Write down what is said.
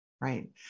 right